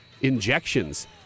injections